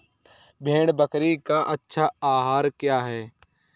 भेड़ बकरी का अच्छा आहार क्या है?